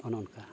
ᱚᱱᱮ ᱚᱱᱠᱟ